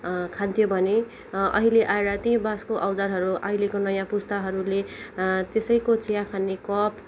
खान्थ्यो भने अहिले आएर त्यही बाँसको औजारहरू अहिलेको नयाँ पुस्ताहरूले त्यसैको चियाखाने कप